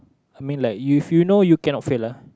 I mean like if you know you cannot fail lah